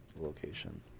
location